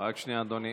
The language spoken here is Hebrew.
רק שנייה, אדוני.